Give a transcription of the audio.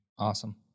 Awesome